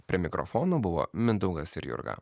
prie mikrofonų buvo mindaugas ir jurga